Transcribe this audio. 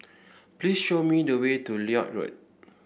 please show me the way to Lloyd Road